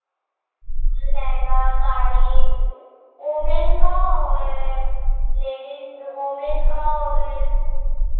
lehenga sari women का और ladies ओ ओमेन का और